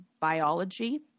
biology